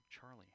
Charlie